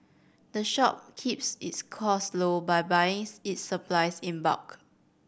the shop keeps its costs low by buying its supplies in bulk